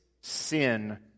sin